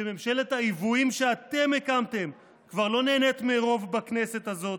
שממשלת העוועים שאתם הקמתם כבר לא נהנית מרוב בכנסת הזאת